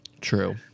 True